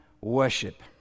worship